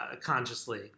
consciously